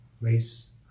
race